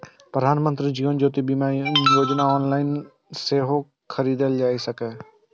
प्रधानमंत्री जीवन ज्योति बीमा योजना ऑनलाइन सेहो खरीदल जा सकैए